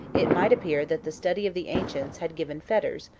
it might appear that the study of the ancients had given fetters,